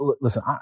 listen